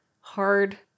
hard